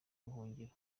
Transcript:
ubuhungiro